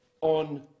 on